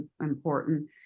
important